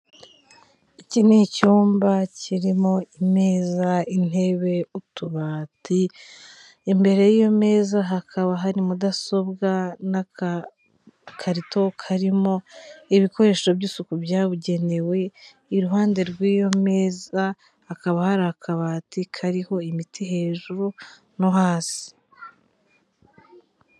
Iki n'icyumba kirimo imeza, intebe, utubati, imbere y'imeza hakaba hari mudasobwa n'agakarito karimo ibikoresho by'isuku byabugenewe, iruhande rw'iyo meza hakaba hari akabati kariho imiti hejuru no hasi.